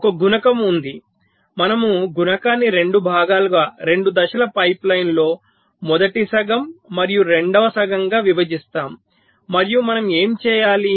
ఒక గుణకం ఉంది మనము గుణకాన్ని 2 భాగాలుగా 2 దశల పైప్లైన్లో మొదటి సగం మరియు రెండవ సగంగా విభజిస్తాము మరియు మనం ఏమి చేయాలి